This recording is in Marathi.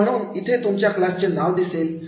तर म्हणून इथे तुमच्या क्लासचे नाव दिसेल